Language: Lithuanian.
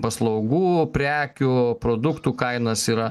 paslaugų prekių produktų kainas yra